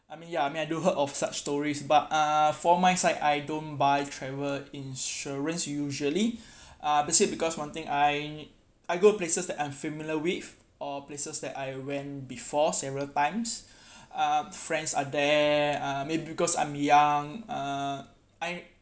I mean ya I mean do heard of such stories but uh for my side I don't buy travel insurance usually uh basic because one thing I I go places that I'm familiar with or places that I went before several times uh friends are there uh maybe because I'm young uh I